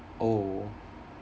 oh